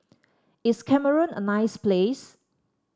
is Cameroon a nice place